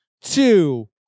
two